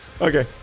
Okay